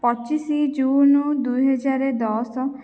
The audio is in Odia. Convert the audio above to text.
ପଚିଶି ଜୁନ୍ ଦୁଇ ହଜାର ଦଶ